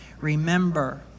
remember